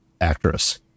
actress